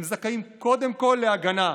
הם זכאים קודם כול להגנה,